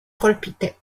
colpite